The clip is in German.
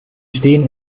stehen